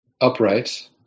upright